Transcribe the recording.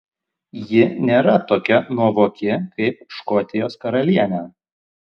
ji nėra tokia nuovoki kaip škotijos karalienė